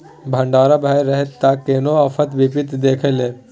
भंडार भरल रहतै त कोनो आफत विपति देख लेबै